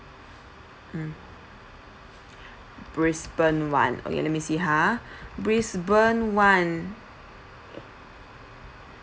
mm brisbane [one] okay let me see ha brisbane [one]